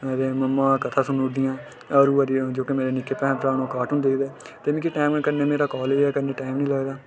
ते मम्मा कथा सुनी ओड़दियां आरू अरी मेरे जोह्के मेरे निक्के भैन भ्राऽ ओह् कार्टून दिक्खदे ते कन्नै मिगी टैम मेरा कालेज ऐ कन्नै मिकी टैम गै नेईं लगदा